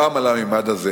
אלא גם על העניין הזה.